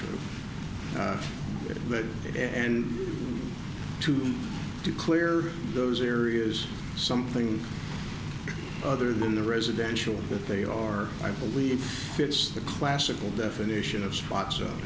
true but and to to clear those areas something other than the residential that they or i believe fits the classical definition of spots o